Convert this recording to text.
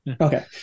Okay